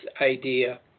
idea